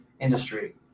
industry